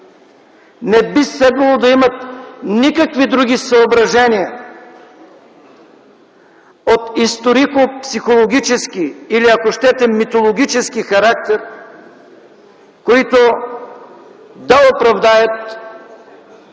не би следвало да имат никакви други съображения от историко-психологически или, ако щете митологически характер, които да оправдаят